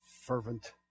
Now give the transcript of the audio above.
fervent